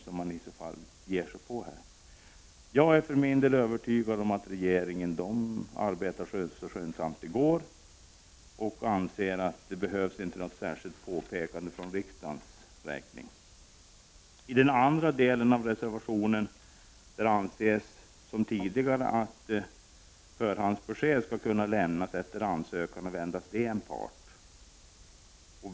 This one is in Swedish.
För min del är jag övertygad om att regeringen arbetar så skyndsamt som möjligt, och jag anser inte att det behövs något särskilt påpekande från riksdagen. I den andra delen av reservationen föreslås, som tidigare, att förhandsbesked skall kunna lämnas efter ansökan av endast en part.